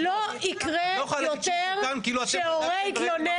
את לא יכולה להגיד שתוקן --- לא יקרה יותר שהורה יתלונן,